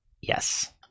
yes